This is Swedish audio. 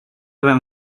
vem